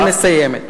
אני מסיימת.